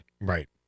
Right